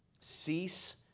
Cease